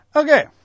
Okay